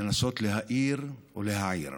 היא לנסות להאיר ולהעיר.